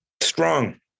strong